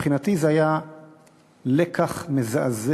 מבחינתי זה היה לקח מזעזע,